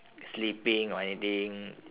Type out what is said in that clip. sleeping or anything